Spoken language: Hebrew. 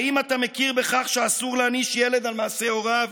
האם אתה מכיר בכך שאסור להעניש ילד על מעשי הוריו?